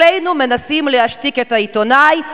אצלנו מנסים להשתיק את העיתונאי,